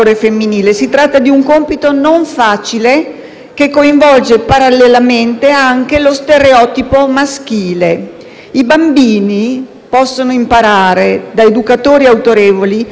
che coinvolge parallelamente anche lo stereotipo maschile. I bambini possono imparare da educatori autorevoli che si può essere ugualmente virili